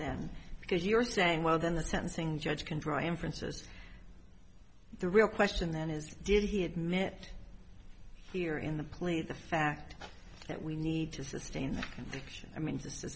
than because you're saying well then the sentencing judge can draw inferences the real question then is did he admit here in the plea the fact that we need to sustain i mean